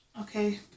Okay